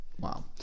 wow